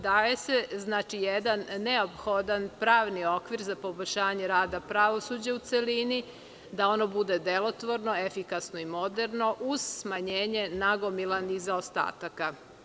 Znači, daje se jedan neophodan pravni okvir za poboljšanje rada pravosuđa u celini, da ono bude delotvorno, efikasno i moderno uz smanjenje nagomilanih zaostataka.